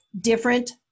different